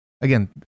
Again